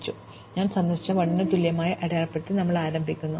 അതിനാൽ ഞാൻ സന്ദർശിച്ചവയെ 1 ന് തുല്യമായി അടയാളപ്പെടുത്തി ഞങ്ങൾ ആരംഭിക്കുന്നു